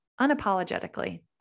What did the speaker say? Unapologetically